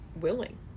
willing